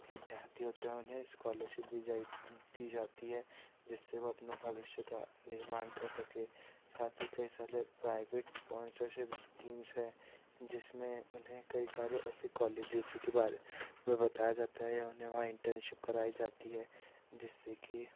विद्यार्थी होते हैं उन्इहें स्कालर्शिप दी जाई दी जाती है जससे वो अपना भविष्य का निर्माण कर सके साथ ही कई सारे प्राइवेट स्पॉन्सरशिप एस्कीमस है जिसमें उन्हें कई सारे ऐसे कॉलेजेस के बारे में बताया जाता है उन्हें या वहाँ इंटर्नशिप कराई जाती है जिससे की